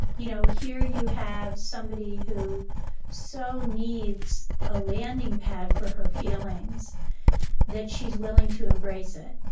you know here you have somebody who so needs a landing pad for her feelings that she's willing to embrace it,